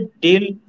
deal